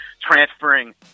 transferring